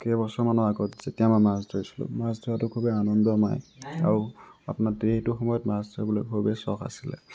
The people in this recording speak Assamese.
কেইবছৰমানৰ আগত যেতিয়া মই মাছ ধৰিছিলোঁ মাছ ধৰাটো খুবেই আনন্দময় আৰু আপোনাৰ সেইটো সময়ত মাছ ধৰিবলৈ খুবেই চখ আছিলে